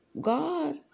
God